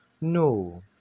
No